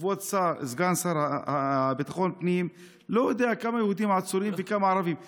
שכבוד סגן השר לביטחון פנים לא יודע כמה יהודים וכמה ערבים עצורים יש.